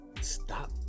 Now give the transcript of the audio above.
stop